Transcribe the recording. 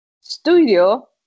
Studio